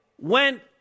went